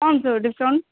पाँच सए डिस्काउंट